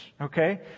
Okay